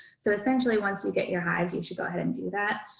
so essentially, once you get your hives you should go ahead and do that.